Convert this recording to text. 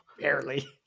Barely